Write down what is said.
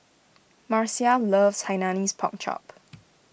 Marcia loves Hainanese Pork Chop